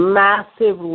massive